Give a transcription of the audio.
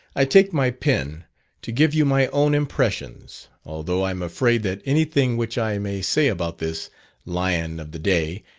i take my pen to give you my own impressions, although i am afraid that anything which i may say about this lion of the day,